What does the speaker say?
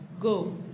go